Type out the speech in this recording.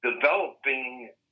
developing